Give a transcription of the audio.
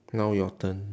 now your turn